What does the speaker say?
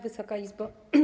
Wysoka Izbo!